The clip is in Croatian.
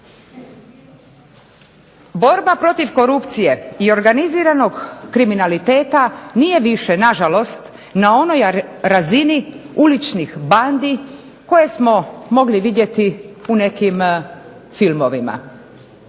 Borba protiv korupcije i organiziranog kriminaliteta nije više, nažalost, na onoj razini uličnih bandi koje smo mogli vidjeti u nekim filmovima.